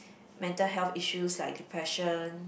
mental health issues like depression